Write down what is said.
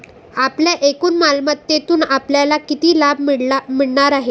आपल्या एकूण मालमत्तेतून आपल्याला किती लाभ मिळणार आहे?